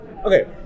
Okay